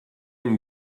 une